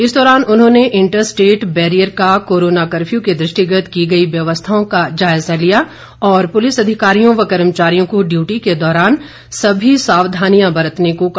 इस दौरान उन्होंने इंटरस्टेट बैरियर पर कोरोना कर्फ्यू के दृष्टिगत की गई व्यवस्थाओं को जायजा लिया और पुलिस अधीकारियों और कर्मचारियों को ड़्ियुटी के दौरान सभी सावधानियों बरतने को कहा